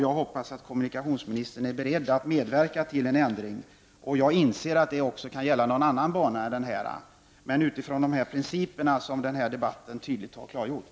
Jag hoppas att kommunikationsministern är beredd att medverka till en ändring, och jag inser att det också kan gälla någon annan bana än den jag har talat om. Men det skall ske utifrån de principer som den här debatten tydligt har klargjort.